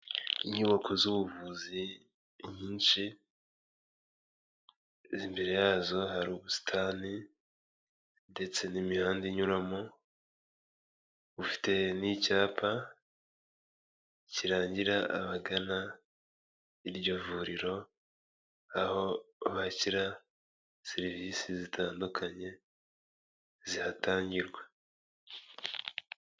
Inyubako z'ubuvuzi nyinshi, zo imbere yazo hari ubusitani ndetse n'imihanda inyuramo, bufite n'icyapa kirangira abagana iryo vuriro, aho bakira serivisi zitandukanye zihatangirwa.